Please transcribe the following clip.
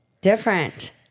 different